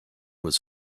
was